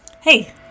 Hey